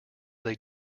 they